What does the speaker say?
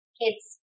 kids